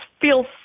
feels